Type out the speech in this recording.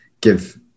give